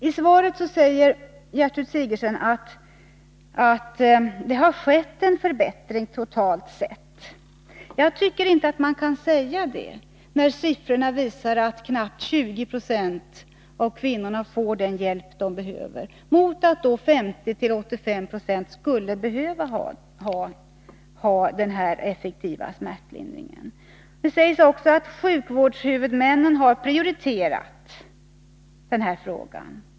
I svaret säger Gertrud Sigurdsen att det har skett en förbättring totalt sett. Jag tycker inte att man kan säga det. Siffrorna visar att knappt 20 20 av kvinnorna får den hjälp de behöver, men att 50-85 96 skulle behöva ha effektiv smärtlindring. Det sägs också i svaret att sjukvårdshuvudmännen har prioriterat den här frågan.